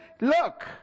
look